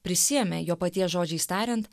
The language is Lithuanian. prisiėmė jo paties žodžiais tariant